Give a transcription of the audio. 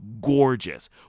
gorgeous